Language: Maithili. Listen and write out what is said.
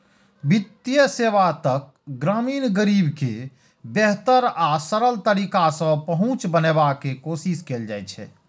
वित्तीय सेवा तक ग्रामीण गरीब के बेहतर आ सरल तरीका सं पहुंच बनाबै के कोशिश कैल जाइ छै